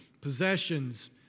possessions